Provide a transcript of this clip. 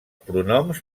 pronoms